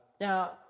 Now